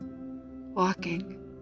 Walking